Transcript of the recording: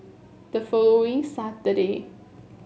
the following Saturday